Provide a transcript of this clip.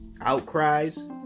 outcries